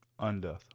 Undeath